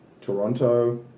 Toronto